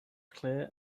clear